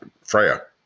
Freya